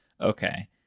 Okay